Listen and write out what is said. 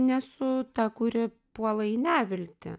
nesu ta kuri puola į neviltį